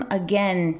again